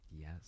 Yes